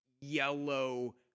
yellow